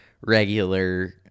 regular